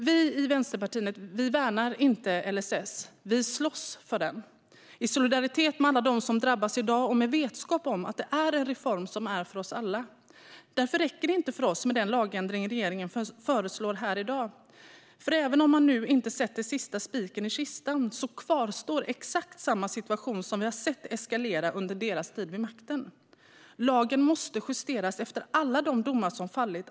Vi i Vänsterpartiet värnar inte LSS. Vi slåss för den i solidaritet med alla dem som drabbas i dag och med vetskap om att det är en reform som är för oss alla. Därför räcker det inte för oss med den lagändring som regeringen föreslår här i dag, för även om man nu inte sätter sista spiken i kistan kvarstår exakt den situation som vi har sett eskalera under regeringens tid vid makten. Lagen måste justeras efter alla de domar som fallit.